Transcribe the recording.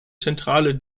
zentrale